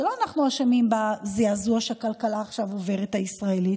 זה לא אנחנו אשמים בזעזוע שהכלכלה הישראלית עוברת עכשיו,